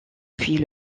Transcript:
puis